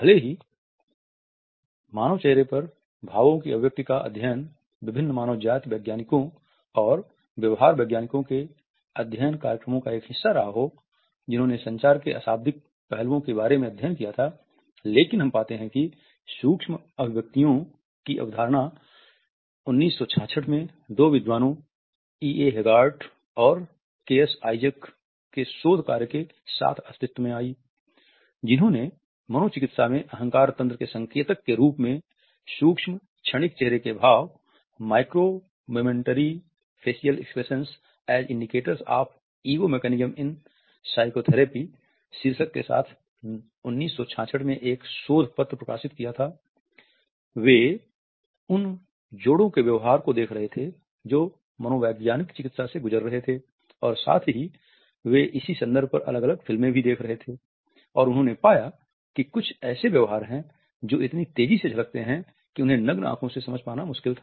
भले ही मानव चेहरे पर भावों की अभिव्यक्ति का अध्ययन विभिन्न मानव जाति वैज्ञानिकों और व्यवहार वैज्ञानिकों के अध्ययन कार्यक्रमों का एक हिस्सा रहा हो जिन्होंने संचार के अशाब्दिक पहलुओं के बारे में अध्ययन किया था लेकिन हम पाते हैं कि सूक्ष्म अभिव्यक्तियों की अवधारणा 1966 में दो विद्वानों ईए हेगार्ट के व्यवहार को देख रहे थे जो मनोवैज्ञानिक चिकित्सा से गुजर रहे थे और साथ ही वे इसी संदर्भ पर अलग अलग फिल्में देख रहे थे और उन्होंने पाया कि कुछ ऐसे व्यवहार हैं जो इतनी तेज़ी से झलकते है कि उन्हें नग्न आंखों से समझ पाना मुश्किल था